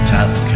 Tough